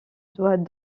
doit